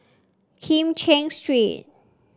Kim Cheng Street